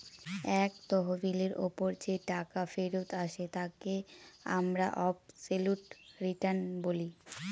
এক তহবিলের ওপর যে টাকা ফেরত আসে তাকে আমরা অবসোলুট রিটার্ন বলি